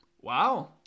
Wow